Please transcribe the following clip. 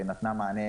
ונתנה מענה